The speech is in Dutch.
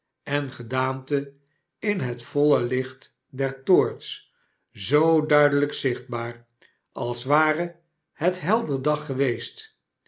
en gedaante i n het voile licht der toorts zoo duidelijk zichtbaar als ware het helder dag geweest